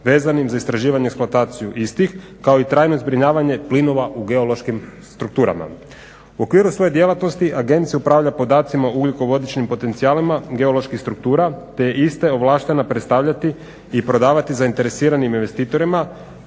vezanim za istraživanje i eksploataciju istih kao i trajno zbrinjavanje plinova u geološkim strukturama. U okviru svoje djelatnosti agencija upravlja podacima o ugljikovodičnim potencijalima geoloških struktura, te je iste ovlaštena predstavljati i prodavati zainteresiranim investitorima,